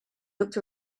looked